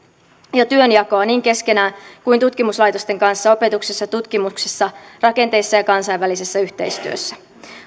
ja työnjakoa niin keskenään kuin myös tutkimuslaitosten kanssa opetuksessa tutkimuksessa rakenteissa ja kansainvälisessä yhteistyössä